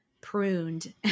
pruned